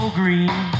green